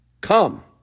come